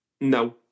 No